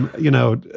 you know,